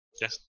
Yes